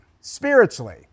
spiritually